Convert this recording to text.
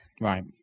Right